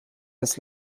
des